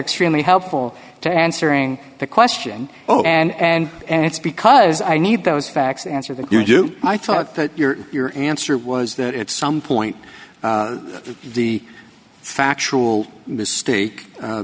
extremely helpful to answering the question oh and and it's because i need those facts answer that you do i thought that your your answer was that at some point the factual mistake